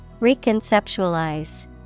Reconceptualize